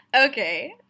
Okay